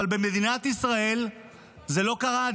אבל במדינת ישראל זה עדיין לא קרה.